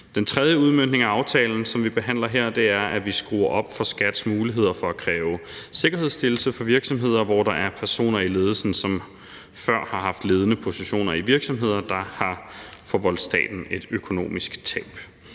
Den tredje udmøntning af aftalen, som vi behandler her, går ud på, at vi skruer op for Skatteforvaltningens muligheder for at kræve sikkerhedsstillelse for virksomheder, hvor der er personer i ledelsen, som før har haft ledende positioner i virksomheder, der har forvoldt staten et økonomisk tab.